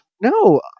No